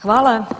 Hvala.